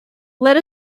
let